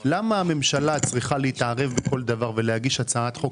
למה הממשלה צריכה להתערב בכל דבר ולהגיש הצעת חוק